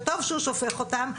וטוב שהוא שופך אותם,